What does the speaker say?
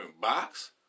box